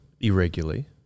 irregularly